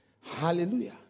Hallelujah